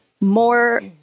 more